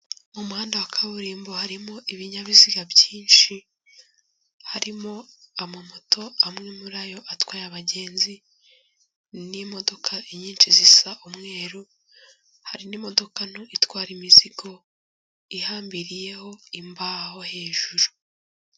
Mu muhanda wa kaburimbo harimo ibinyabiziga byinshi, harimo amamoto, amwe muri ayo atwaye abagenzi n'imodoka nyinshi zisa umweru, hari n'imodoka nto itwara imizigo ihambiriyeho imbaho hejuru.